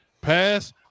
pass